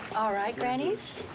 ah right, grannies.